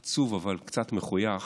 עצוב, אבל קצת מחויך.